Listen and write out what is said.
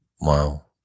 Wow